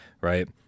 right